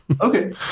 Okay